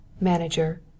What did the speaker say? Manager